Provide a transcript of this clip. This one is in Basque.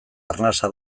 arnasa